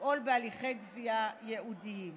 לפעול בהליכי גבייה ייעודיים.